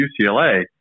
UCLA